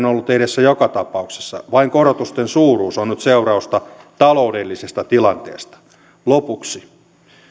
ollut edessä joka tapauksessa vain korotusten suuruus on nyt seurausta taloudellisesta tilanteesta lopuksi